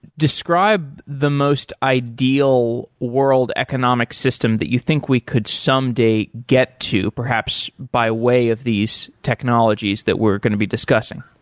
describe the most ideal world economic system that you think we could someday get to perhaps by way of these technologies that we're going to be discussing.